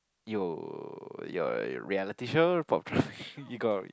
you your reality show popular you got